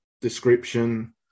description